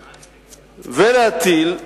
ולהטיל,